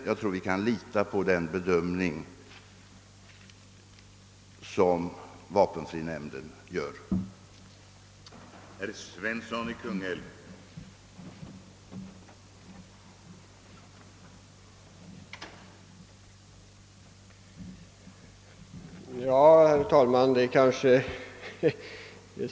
Jag tror att vi kan lita på vapenfrinämndens bedömning: